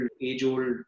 age-old